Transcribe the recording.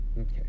Okay